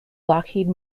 lockheed